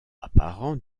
apparent